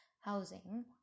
housing